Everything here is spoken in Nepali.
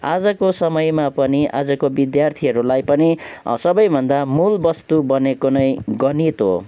आजको समयमा पनि आजको विद्यार्थीहरूलाई पनि सबैभन्दा मूल वस्तु बनेको नै गणित हो